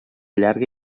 llarga